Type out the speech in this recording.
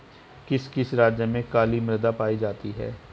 किस किस राज्य में काली मृदा पाई जाती है?